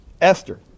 Esther